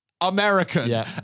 American